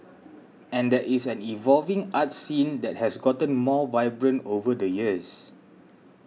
and there is an evolving arts scene that has gotten more vibrant over the years